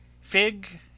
FIG